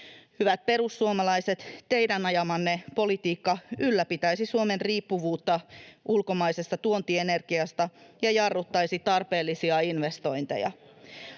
Hyvät perussuomalaiset, teidän ajamanne politiikka ylläpitäisi Suomen riippuvuutta ulkomaisesta tuontienergiasta ja jarruttaisi tarpeellisia investointeja.